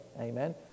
amen